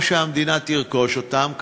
או שהמדינה תרכוש אותם,